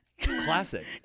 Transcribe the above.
Classic